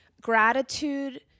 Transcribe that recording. gratitude